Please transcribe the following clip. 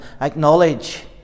acknowledge